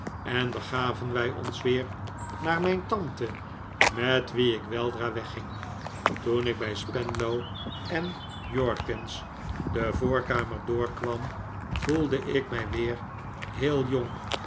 en begaven wij ons weer naar mijn tante met wie ik weldra wegging toen ik bij spenlow en jorkins de voorkamer doorkwam voelde ik mij weer heel jong